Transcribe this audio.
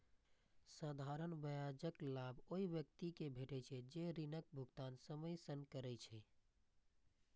साधारण ब्याजक लाभ ओइ व्यक्ति कें भेटै छै, जे ऋणक भुगतान समय सं करै छै